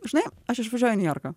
žinai aš išvažiuoju į niujorką